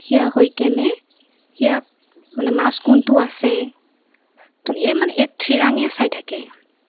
থিয় হৈ কেনে সেয়া মানে মাছ কোনটো আছে তো মানে একে ঠিৰাঙেই চাই থাকে